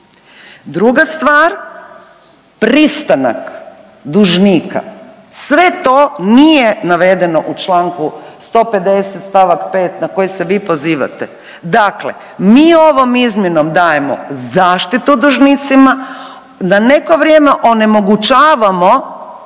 Druga stvar, pristanak dužnika, sve to nije navedeno u čl. 150. st. 5. na koji se vi pozivate. Dakle mi ovom izmjenom dajemo zaštitu dužnicima da neko vrijeme onemogućavamo